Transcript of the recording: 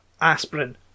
Aspirin